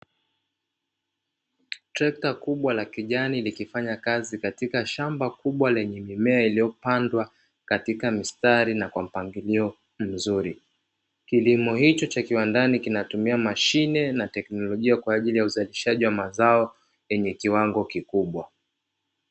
Trekta kubwa la kijani, likifanya kazi katika shamba kubwa lenye mimea iliyopandwa katika mistari na kwa mpangilio mzuri. Kilimo hicho cha kiwandani kinatumia mashine na teknologia kwaajili ya uzalishaji wa mazao yenye kiwango kikubwa.